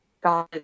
God